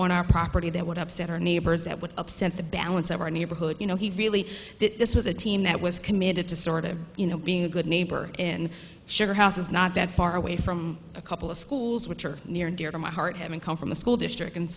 on our property that would upset our neighbors that would upset the balance of our neighborhood you know he really this was a team that was committed to sort of you know being a good neighbor in sugar houses not that far away from a couple of schools which are near and dear to my heart having come from the school district and